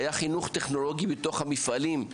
היה חינוך טכנולוגי בתוך המפעלים,